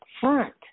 front